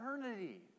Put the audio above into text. eternity